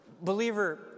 Believer